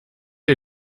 ihr